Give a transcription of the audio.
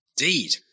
Indeed